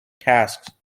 tasks